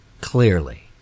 Clearly